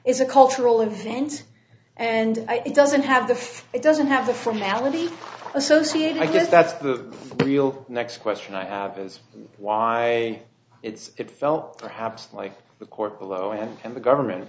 is a cultural event and it doesn't have the face it doesn't have the formality associated i guess that's the real next question i have is why it's it felt perhaps like the court below and and the government